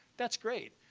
that's great!